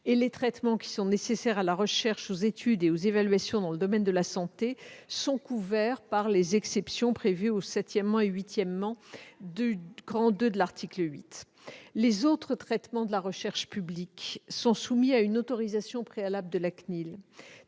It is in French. les traitements qui sont nécessaires à la recherche, aux études et aux évaluations dans le domaine de la santé sont couverts par les exceptions prévues au 7° et 8° du II de l'article 8. Les autres traitements de la recherche publique sont soumis à une autorisation préalable de la CNIL.